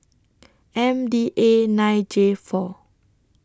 M D A nine J four